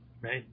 Right